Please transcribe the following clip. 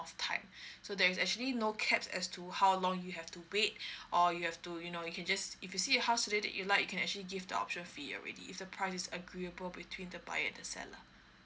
time so there is actually no caps as to how long you have to wait or you have to you know you can just if you see the house suited that you like you can actually give the option fee already is the price agreeable between the buyer and the seller